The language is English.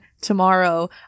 tomorrow